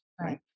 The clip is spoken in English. right